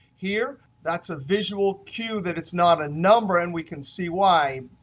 here, that's a visual cue that it's not a number. and we can see why.